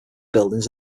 buildings